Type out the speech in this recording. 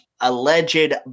alleged